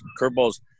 Curveballs